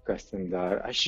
kas ten dar aš